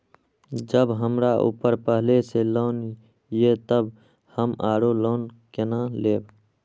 जब हमरा ऊपर पहले से लोन ये तब हम आरो लोन केना लैब?